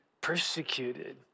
persecuted